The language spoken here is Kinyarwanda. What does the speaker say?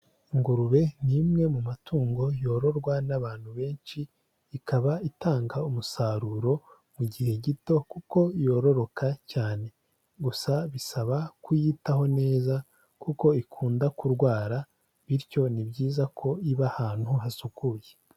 Ingurube ni imwe mu matungo yororwa n'abantu benshi, ikaba itanga umusaruro mu gihe gito kuko yororoka cyane, gusa bisaba kuyitaho neza kuko ikunda kurwara bityo ni byiza ko iba ahantu hasukuye.